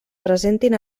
presentin